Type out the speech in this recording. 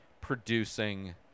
producing